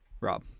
Rob